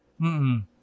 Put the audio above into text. -hmm